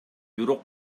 бирок